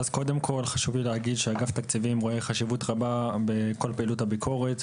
חשוב לי להגיד שאגף התקציבים רואה חשיבות רבה בכל פעילות הביקורת,